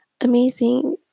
amazing